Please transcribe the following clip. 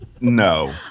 no